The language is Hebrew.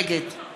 נגד